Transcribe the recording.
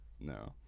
No